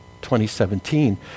2017